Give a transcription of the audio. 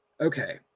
Okay